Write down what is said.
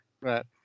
Right